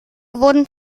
wurden